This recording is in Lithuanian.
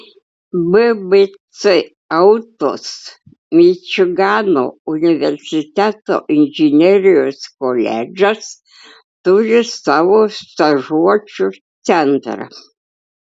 bbc autos mičigano universiteto inžinerijos koledžas turi savo stažuočių centrą